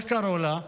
איך קראו לה?